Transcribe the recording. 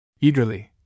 Eagerly